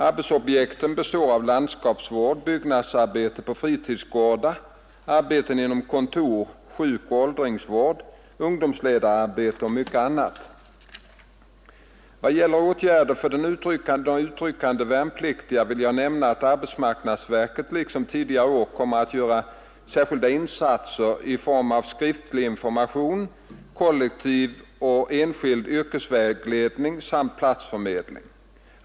Arbetsobjekten består av landskapsvård, byggnadsarbeten på fritidsgårdar, arbeten inom kontor, sjukoch åldringsvård, ungdomsledarearbete och mycket annat. Vad gäller åtgärder för de utryckande värnpliktiga vill jag nämna att arbetsmarknadsverket liksom tidigare år kommer att göra särskilda insatser i form av skriftlig information, kollektiv och enskild yrkesvägledning samt platsförmedling.